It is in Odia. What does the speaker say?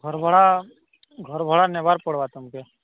ଘର୍ ଭଡ଼ା ଘର୍ ଭଡ଼ା ନେବାର୍ ପଡ଼୍ବା ତମ୍କେ